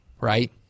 right